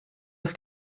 das